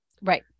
right